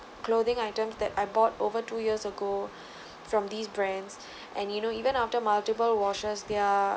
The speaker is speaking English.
clothing items that I bought over two years ago from these brands and you know even after multiple washes they're